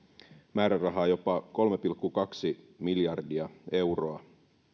määrärahaa jopa kolme pilkku kaksi miljardia euroa